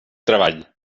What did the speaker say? treball